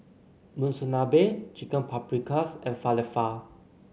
Monsunabe Chicken Paprikas and Falafel